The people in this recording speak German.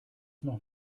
noch